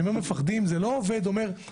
כשאני אומר "מפחדים" זה לא אומר שעובד אומר -- ברור.